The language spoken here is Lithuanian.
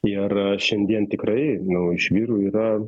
ir šiandien tikrai nu iš vyrų yra